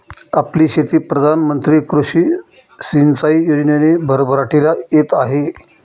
आपली शेती प्रधान मंत्री कृषी सिंचाई योजनेने भरभराटीला येत आहे